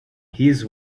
his